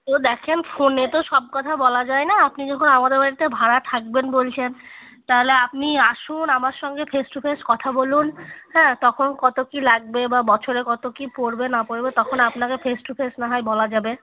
তো দেখুন ফোনে তো সব কথা বলা যায় না আপনি যখন আমাদের বাড়িতে ভাড়া থাকবেন বলছেন তাহলে আপনি আসুন আমার সঙ্গে ফেস টু ফেস কথা বলুন হ্যাঁ তখন কত কী লাগবে বা বছরে কত কী পড়বে না পড়বে তখন আপনাকে ফেস টু ফেস না হয় বলা যাবে